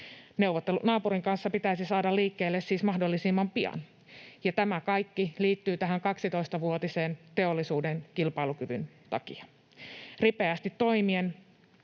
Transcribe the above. Neuvottelut naapurin kanssa pitäisi saada liikkeelle siis mahdollisimman pian, ja tämä kaikki liittyy tähän 12-vuotiseen teollisuuden kilpailukyvyn takia. Ripeästi toimien